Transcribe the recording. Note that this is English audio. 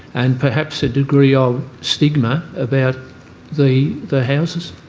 and perhaps a degree of stigma about the the houses.